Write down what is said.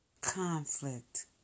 conflict